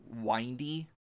windy